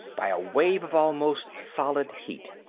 by a wave of almost solid heat.